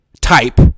type